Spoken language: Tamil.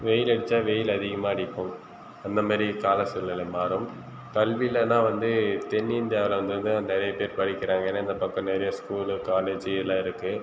வெயில் அடிச்சால் வெயில் அதிகமாக அடிக்கும் அந்தமாதிரி கால சூழ்நிலை மாறும் கல்விலனா வந்து தென் இந்தியாவில் வந்து தான் நெறைய பேர் படிக்கிறாங்க ஏன்னால் இந்த பக்கம் நிறையா ஸ்கூல்லு காலேஜ்ஜி எல்லாம் இருக்குது